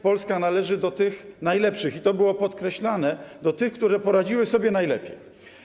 Polska należy do tych najlepszych, i to było podkreślane, do tych, które poradziły sobie najlepiej.